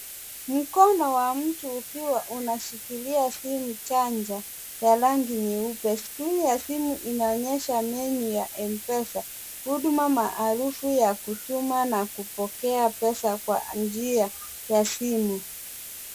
Mkono wa mtu ukiwa unashikilia simu janja ya rangi nyeupe. Skrini ya simu inaonyesha menyu ya M-pesa, huduma maarufu ya kutuma na kupokea pesa kwa njia ya simu.